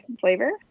flavor